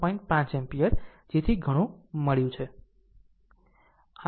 5 ampere જેથી ઘણું મળ્યું છે